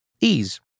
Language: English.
Ease